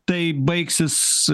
tai baigsis